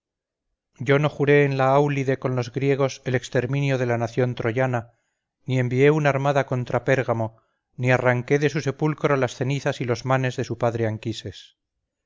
yo no juré en la áulide con los griegos el exterminio de la nación troyana ni envié una armada contra pérgamo ni arranqué de su sepulcro la cenizas y los manes de su padre